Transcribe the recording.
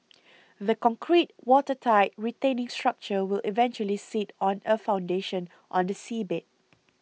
the concrete watertight retaining structure will eventually sit on a foundation on the seabed